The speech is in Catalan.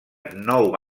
nou